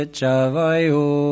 Chavayo